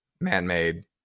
man-made